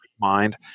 mind